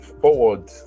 forward